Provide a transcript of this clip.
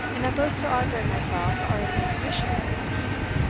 and that both sir arthur and myself are in the commission of the peace?